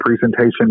presentation